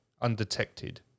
undetected